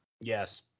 Yes